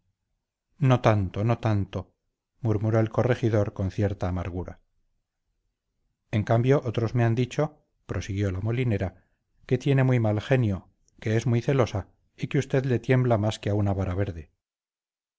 no tanto no tanto murmuró el corregidor con cierta amargura en cambio otros me han dicho prosiguió la molinera que tiene muy mal genio que es muy celosa y que usted le tiembla más que a una vara verde